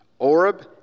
Oreb